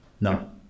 No